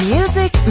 Music